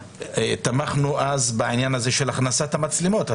תמכנו אז בעניין הזה של הכנסת המצלמות.